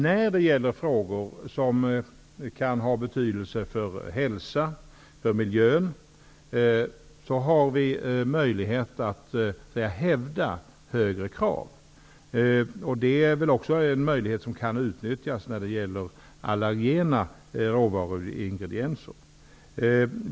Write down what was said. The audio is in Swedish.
När det gäller frågor som kan ha betydelse för hälsan och för miljön, har vi möjlighet att hävda högre krav. Det är en möjlighet som kan utnyttjas när det gäller allergena råvaruingredienser.